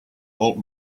old